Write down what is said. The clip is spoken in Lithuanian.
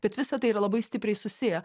bet visa tai yra labai stipriai susiję